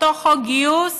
אותו חוק גיוס